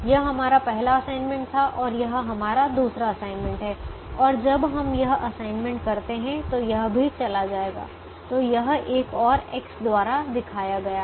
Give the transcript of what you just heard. यह हमारा पहला असाइनमेंट था और यह हमारा दूसरा असाइनमेंट है और जब हम यह असाइनमेंट करते हैं तो यह भी चला जाएगा तो यह एक और एक्स X द्वारा दिखाया गया है